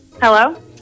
Hello